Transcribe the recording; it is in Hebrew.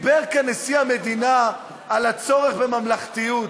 דיבר כאן נשיא המדינה על הצורך בממלכתיות,